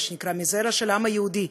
מזרע העם היהודי,